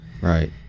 right